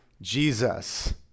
Jesus